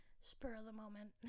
spur-of-the-moment